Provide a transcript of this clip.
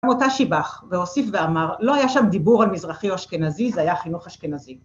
‫הוא גם אותה שיבח, והוסיף ואמר, ‫לא היה שם דיבור על מזרחי או אשכנזי, ‫זה היה חינוך אשכנזי.